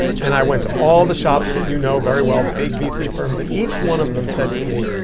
and i went to all the shops that you know very well, big vc firms. and each one of them said to me,